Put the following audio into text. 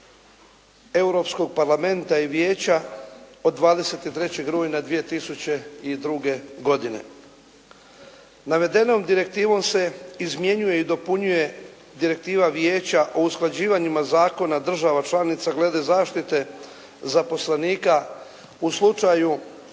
Europskog parlamenta i Vijeća od 23. rujna 2002. godine. Navedenom direktivom se izmjenjuje i dopunjuje direktiva Vijeća o usklađivanjima zakona država članica glede zaštite zaposlenika u slučaju